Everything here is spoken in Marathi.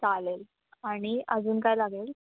चालेल आणि अजून काय लागेल